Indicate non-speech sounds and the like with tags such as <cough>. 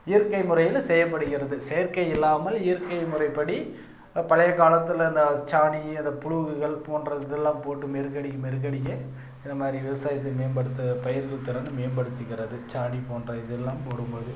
இயற்கை முறையில் செய்யப்படுகிறது செயற்கையில்லாமல் இயற்கை முறைப்படி பழைய காலத்தில் இந்த சாணி அந்த புழுவுகள் போன்ற இதுலாம் போட்டு மேற்கடிக்க மேற்கடிக்க இது மாதிரி விவசாய தன்மை <unintelligible> பயிர்கள் திறனை மேம்படுத்துகிறது சாணி போன்ற இதெல்லாம் போடும் போது